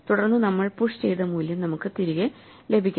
തുടർന്ന് നമ്മൾ പുഷ് ചെയ്ത മൂല്യം നമുക്ക് തിരികെ ലഭിക്കണം